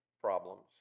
problems